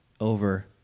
over